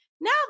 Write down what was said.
Now